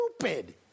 stupid